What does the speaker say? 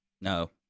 No